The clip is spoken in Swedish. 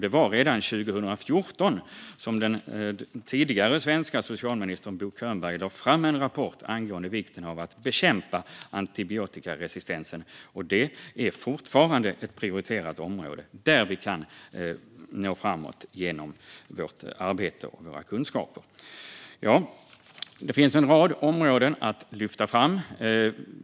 Det var redan 2014 som den tidigare svenske socialministern Bo Könberg lade fram en rapport angående vikten av att bekämpa antibiotikaresistens. Det är fortfarande ett prioriterat område där vi kan nå framåt genom vårt arbete och våra kunskaper. Nordiskt samarbete Ja, det finns en rad områden att lyfta fram.